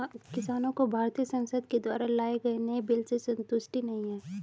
किसानों को भारतीय संसद के द्वारा लाए गए नए बिल से संतुष्टि नहीं है